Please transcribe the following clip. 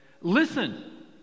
Listen